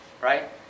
right